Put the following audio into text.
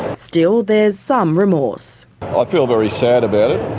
still there's some remorse. i feel very sad about it.